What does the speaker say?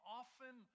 often